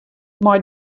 mei